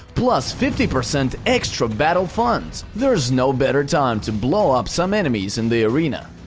plus fifty percent extra battle funds! there's no better time to blow up some enemies in the arena!